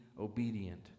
obedient